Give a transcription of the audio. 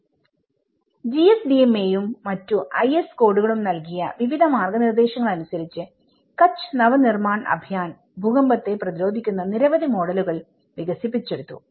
GSDMA യും മറ്റു IS കോഡുകളും നൽകിയ വിവിധ മാർഗനിർദ്ദേശങ്ങൾ അനുസരിച്ച് കച്ച് നവ നിർമാൺ അഭിയാൻ ഭൂകമ്പത്തെ പ്രതിരോധിക്കുന്ന നിരവധി മോഡലുകൾ വികസിപ്പിച്ചെടുത്തു